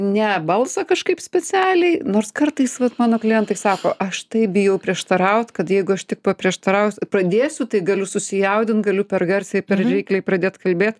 ne balsą kažkaip specialiai nors kartais vat mano klientai sako aš taip bijau prieštaraut kad jeigu aš tik paprieštaraus pradėsiu tai galiu susijaudint galiu per garsiai per reikliai pradėt kalbėt